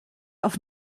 auf